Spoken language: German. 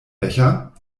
becher